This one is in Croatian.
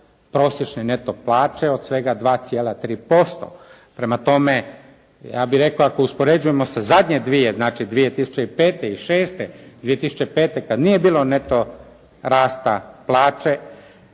prosječne neto plaće od svega 2,3%. Prema tome, ja bih rekao ako uspoređujemo sa zadnje dvije, znači 2005. i šeste, 2005. kad nije bilo neto rasta